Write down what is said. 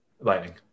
Lightning